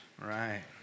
right